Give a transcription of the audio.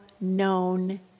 known